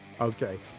Okay